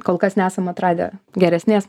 kol kas nesam atradę geresnės